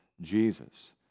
Jesus